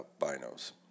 binos